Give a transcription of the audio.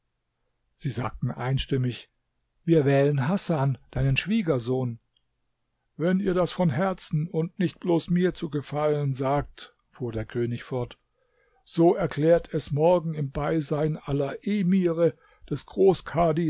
sie sagten einstimmig wir wählen hasan deinen schwiegersohn wenn ihr das von herzen und nicht bloß mir zu gefallen sagt fuhr der könig fort so erklärt es morgen im beisein aller emire des